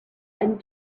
and